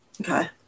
Okay